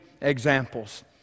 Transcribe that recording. examples